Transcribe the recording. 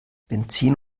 benzin